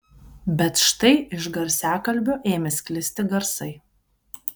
bet štai iš garsiakalbio ėmė sklisti garsai